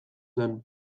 zen